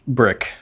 brick